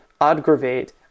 aggravate